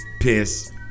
piss